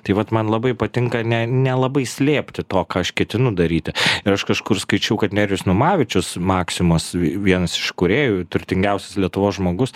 tai vat man labai patinka ne nelabai slėpti to ką aš ketinu daryti ir aš kažkur skaičiau kad nerijus numavičius maksimos vie vienas iš įkūrėjų turtingiausias lietuvos žmogus